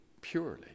purely